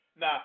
Now